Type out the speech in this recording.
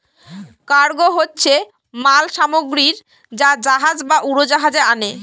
cargo হচ্ছে মাল সামগ্রী যা জাহাজ বা উড়োজাহাজে আনে